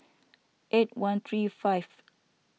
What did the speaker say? eight one three five